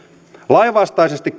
lainvastaisesti